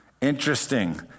Interesting